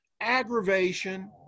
aggravation